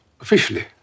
officially